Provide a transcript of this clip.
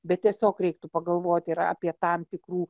bet tiesiog reiktų pagalvoti ir apie tam tikrų